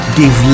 give